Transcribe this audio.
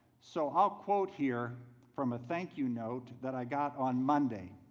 so i'll quote here from a thank you note that i got on monday.